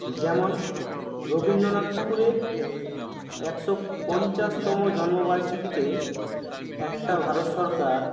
যেমন রবীন্দ্রনাথ ঠাকুরের একশো পঞ্চাশতম জন্মবার্ষিকীতে একটা ভারত সরকার